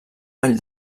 vall